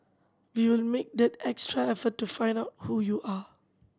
we will make that extra effort to find out who you are